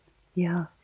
yeah,